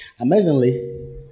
Amazingly